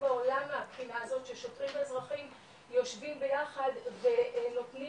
בעולם מהבחינה הזאת ושוטרים ואזרחים יושבים ביחד ונותנים